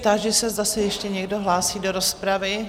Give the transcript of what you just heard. Táži se, zda se ještě někdo hlásí do rozpravy?